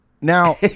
Now